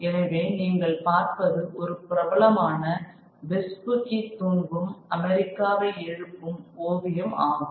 எனவே நீங்கள் பார்ப்பது ஒரு பிரபலமான வெஸ்புகி தூங்கும் அமெரிக்காவை எழுப்பும் ஓவியம் ஆகும்